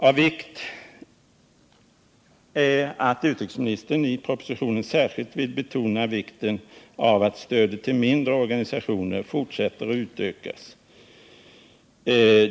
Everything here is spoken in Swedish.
Av vikt är att utrikesministern i propositionen särskilt vill betona betydelsen av att stödet till mindre organisationer fortsätter att utökas.